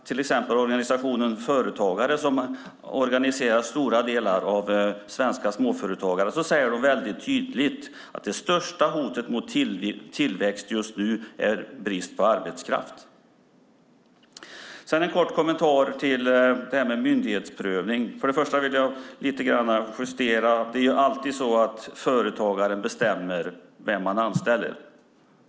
Organisationen Företagarna som organiserar en stor del av de svenska småföretagarna säger däremot väldigt tydligt att det största hotet mot tillväxt just nu är brist på arbetskraft. När det gäller frågan om myndighetsprövning vill jag göra en justering. Företagaren bestämmer alltid vem man anställer.